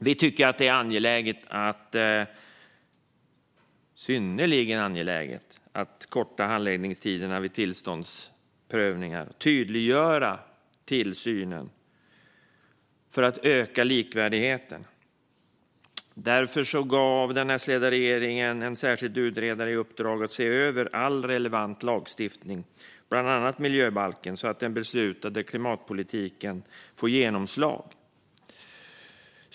Vi tycker att det är synnerligen angeläget att korta handläggningstiderna vid tillståndsprövningar och tydliggöra tillsynen, för att öka likvärdigheten. Därför gav den S-ledda regeringen en särskild utredare i uppdrag att se över all relevant lagstiftning, bland annat miljöbalken, så att den beslutade klimatpolitiken skulle få genomslag.